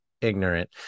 ignorant